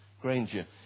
Granger